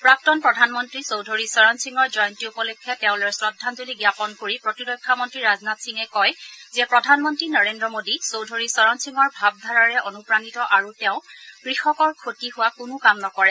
প্ৰাক্তন প্ৰধানমন্ত্ৰী চৌধুৰী চৰণ সিঙৰ জযন্তী উপলক্ষে তেওঁলৈ শ্ৰদ্ধাঞ্জলি জ্ঞাপন কৰি প্ৰতিৰক্ষা মন্ত্ৰী ৰাজনাথ সিঙে কৈছে যে প্ৰধানমন্তী নৰেজ্ৰ মোদী চৌধুৰী চৰণ সিঙৰ ভাবধাৰাৰে অনুপ্ৰাণিত আৰু তেওঁ কৃষকৰ লোকচান হোৱা কোনো কাম নকৰে